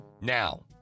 Now